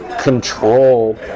control